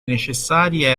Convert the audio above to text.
necessarie